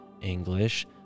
English